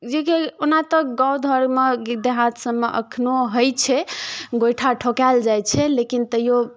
जेकि ओना तऽ गाँव घरमे देहात सबमे अखनो होइ छै गोइठा ठोकल जाइ छै लेकिन तैयो